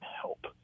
help